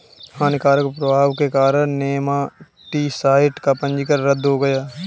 हानिकारक प्रभाव के कारण नेमाटीसाइड का पंजीकरण रद्द हो गया